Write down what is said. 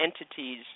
entities